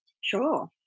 Sure